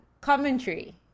commentary